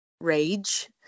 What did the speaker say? rage